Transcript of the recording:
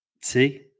See